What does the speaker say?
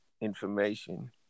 information